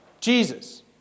Jesus